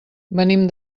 venim